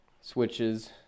switches